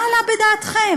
מה עלה בדעתכם?